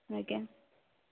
ଆଜ୍ଞା